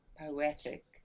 poetic